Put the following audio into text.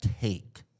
take